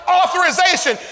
authorization